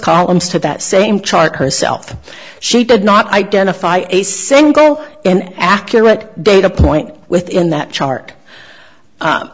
columns to that same chart herself she did not identify a single and accurate data point within that chart